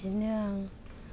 बिदिनो आं